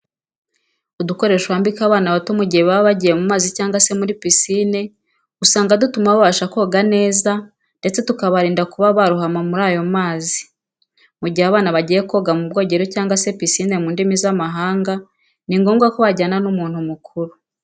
Udukoresho bambika abana bato mu gihe baba bagiye ku mazi cyangwa se muri pisine usanga dutuma babasha koga neza ndetse tukabarinda kuba barohama muri ayo mazi. Mu gihe abana bagiye koga mu bwogero cyangwa se pisine mu ndimi z'amahanga, ni ngombwa ko bajyana n'umuntu mukuru.